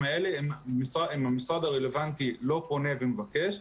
האלה אם המשרד הרלוונטי לא פונה ומבקש.